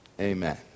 Amen